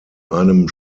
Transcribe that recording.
einem